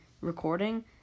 Recording